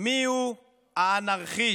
מיהו אנרכיסט?